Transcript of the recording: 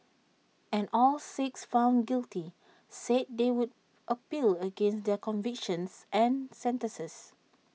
and all six found guilty said they would appeal against their convictions and sentences